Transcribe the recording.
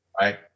Right